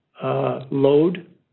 Load